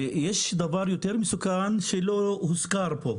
ויש דבר יותר מסוכן שלא הוזכר פה,